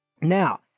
Now